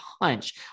punch